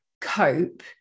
cope